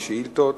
לשאילתות,